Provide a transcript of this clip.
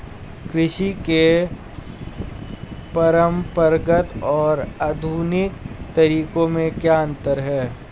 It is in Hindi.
कृषि के परंपरागत और आधुनिक तरीकों में क्या अंतर है?